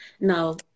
No